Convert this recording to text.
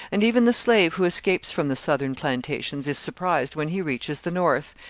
and even the slave who escapes from the southern plantations, is surprised when he reaches the north,